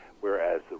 whereas